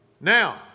now